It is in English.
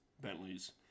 Bentley's